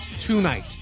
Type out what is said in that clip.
tonight